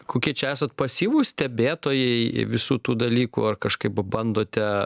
kokie čia esat pasyvūs stebėtojai visų tų dalykų ar kažkaip bandote